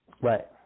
Right